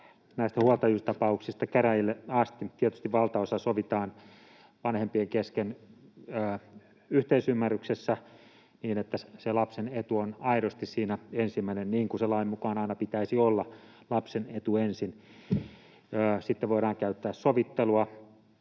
sitten huoltajuustapauksista käräjille asti. Tietysti valtaosa sovitaan vanhempien kesken yhteisymmärryksessä, niin että se lapsen etu on aidosti siinä ensimmäinen, niin kuin sen lain mukaan aina pitäisi olla — lapsen etu ensin. Sitten voidaan käyttää sovittelua